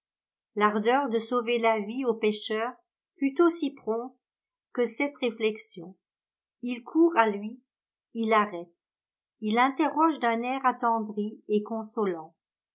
l'ardeur de sauver la vie au pêcheur fut aussi prompte que cette réflexion il court à lui il l'arrête il l'interroge d'un air attendri et consolant